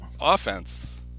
offense